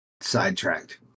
sidetracked